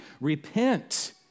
Repent